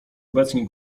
obecni